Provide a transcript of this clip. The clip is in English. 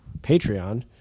Patreon